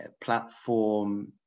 platform